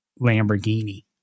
Lamborghini